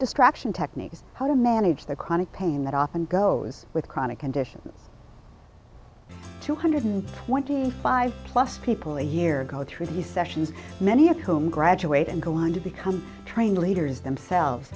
distraction techniques how to manage the chronic pain that often goes with chronic conditions two hundred twenty five plus people a year go through the sessions many of whom graduate and go on to become trained leaders themselves